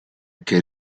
che